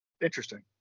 Interesting